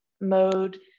mode